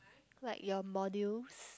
like your modules